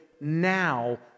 Now